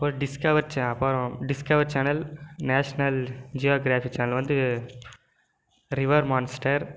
அப்புறம் டிஸ்கவர் சே அப்புறம் டிஸ்கவரி சேனல் நேஷ்னல் ஜியோகிராஃபி சேனலில் வந்து ரிவர் மான்ஸ்டர்